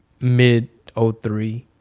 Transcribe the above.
mid-03